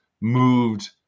moved